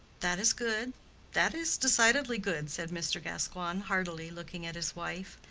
that is good that is decidedly good, said mr. gascoigne, heartily, looking at his wife.